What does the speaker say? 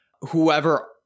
whoever